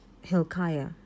Hilkiah